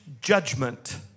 judgment